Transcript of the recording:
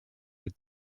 mit